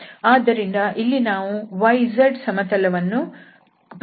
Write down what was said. ಆದ್ದರಿಂದ ಇಲ್ಲಿ ನಾವು yz ಸಮತಲವನ್ನು ಪರಿಗಣಿಸಿದ್ದೇವೆ ಹಾಗಾಗಿ ಇಲ್ಲಿ pi